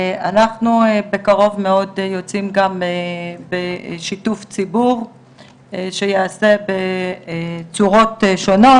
אנחנו בקרוב מאוד יוצאים גם בשיתוף ציבור שייעשה בצורות שונות,